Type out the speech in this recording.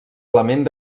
element